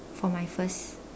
for my first